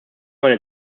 meine